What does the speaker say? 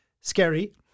scary